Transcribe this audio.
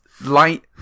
light